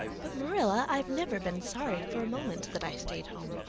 but marilla, i've never been sorry for a moment that i stayed home.